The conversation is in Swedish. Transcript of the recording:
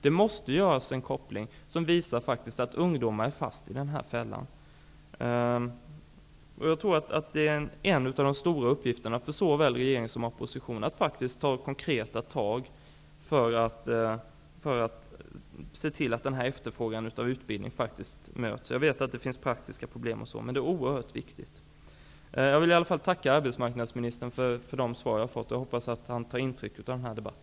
Det måste göras en koppling som faktiskt visar att ungdomar är fast i en fälla. Jag tror att en av de stora uppgifterna för såväl regeringen som oppositionen är att ta konkreta tag för att se till att efterfrågan av utbildning möts. Jag vet att det finns praktiska problem, men det här är oerhört viktigt. Jag vill än en gång tacka arbetsmarknadsministern för de svar jag har fått. Jag hoppas att arbetsmarknadsministern tar intryck av denna debatt.